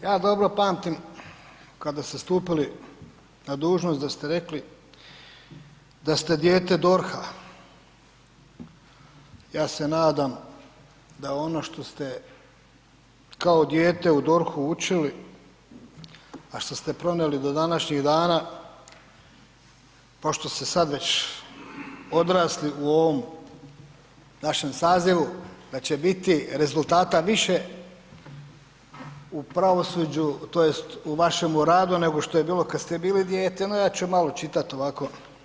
Ja dobro pamtim kada ste stupili na dužnost da ste rekli da ste dijete DORH-a, ja se nadam da ono što ste kao dijete u DORH-u učili a što ste ... do današnjeg dana pošto ste sad već odrasli u ovom našem sazivu, da ćete biti rezultata više u pravosuđu tj. u vašemu radu nego što je bilo kad ste bili dijete no ja ću malo čitat ovako.